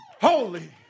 holy